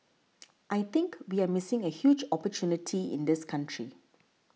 I think we're missing a huge opportunity in this country